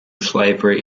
slavery